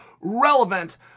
relevant